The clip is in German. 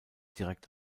direkt